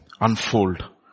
unfold